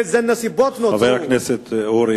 באילו נסיבות נוצרה,